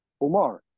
Omar